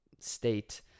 state